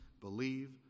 believe